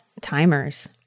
timers